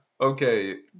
Okay